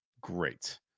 Great